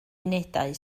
unedau